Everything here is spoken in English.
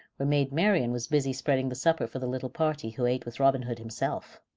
where maid marian was busy spreading the supper for the little party who ate with robin hood himself.